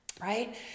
Right